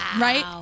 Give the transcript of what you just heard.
Right